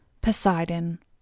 Poseidon